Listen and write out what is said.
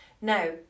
Now